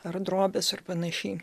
ar drobes ar panašiai